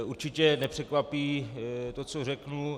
Určitě nepřekvapí to, co řeknu.